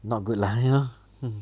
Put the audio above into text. not good lah you know